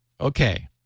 Okay